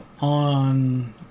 on